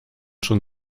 schon